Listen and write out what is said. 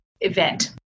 event